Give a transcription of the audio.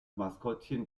maskottchen